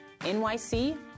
NYC